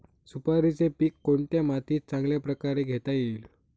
सुपारीचे पीक कोणत्या मातीत चांगल्या प्रकारे घेता येईल?